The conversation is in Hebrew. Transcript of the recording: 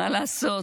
מה לעשות,